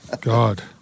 God